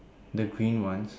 the green ones